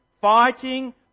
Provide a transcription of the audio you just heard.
fighting